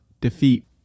defeat